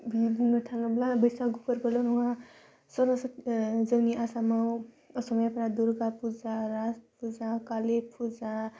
बि बुंनो थाङोब्ला बैसागु फोरबोल' नङा जोंनि आसामाव असमियाफ्रा दुर्गा फुजा रास फुजा कालि फुजा